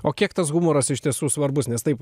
o kiek tas humoras iš tiesų svarbus nes taip